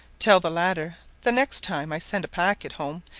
tell the latter the next time i send a packet home,